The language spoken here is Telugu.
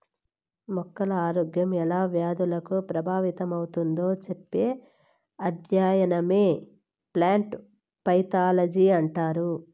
మొక్కల ఆరోగ్యం ఎలా వ్యాధులకు ప్రభావితమవుతుందో చెప్పే అధ్యయనమే ప్లాంట్ పైతాలజీ అంటారు